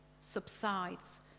subsides